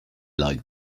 like